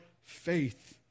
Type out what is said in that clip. faith